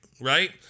Right